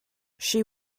she